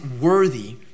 worthy